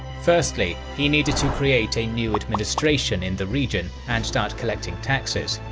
firstly, he needed to create a new administration in the region and start collecting taxes.